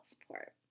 support